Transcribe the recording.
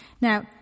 Now